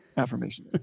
Affirmation